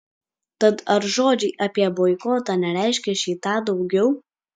tad ar žodžiai apie boikotą nereiškia šį tą daugiau